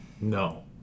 No